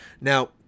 now